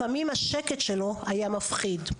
לפעמים השקט שלו היה מפחיד.